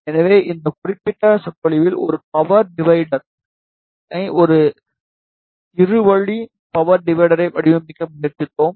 எனவே இந்த குறிப்பிட்ட சொற்பொழிவில் ஒரு பவர் டிவிடெர் னை இரு வழி பவர் டிவிடெர்யை வடிவமைக்க முயற்சித்தோம்